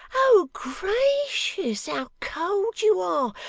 oh, gracious! how cold you are!